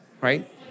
right